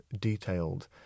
detailed